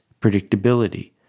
predictability